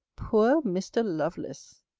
poor mr. lovelace!